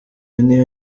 niyo